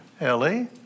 Ellie